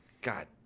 God